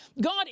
God